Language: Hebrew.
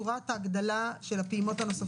ה-300 זה על מה שמכוח החוק, וה-40% זה מכוח